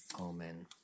Amen